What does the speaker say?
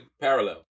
parallel